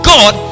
God